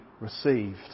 received